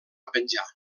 penjar